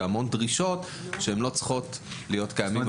ויש המון דרישות שלא צריכות להיות קיימות --- זאת אומרת,